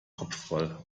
kopfball